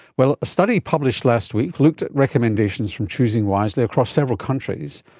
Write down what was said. well, a study published last week looked at recommendations from choosing wisely across several countries,